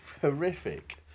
horrific